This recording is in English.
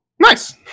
Nice